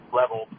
level